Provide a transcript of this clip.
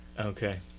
Okay